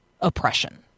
oppression